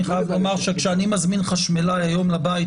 אני חייב לומר שכשאני מזמין חשמלאי היום לבית,